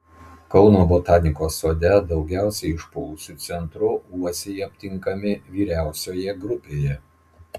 kauno botanikos sode daugiausiai išpuvusiu centru uosiai aptinkami vyriausioje grupėje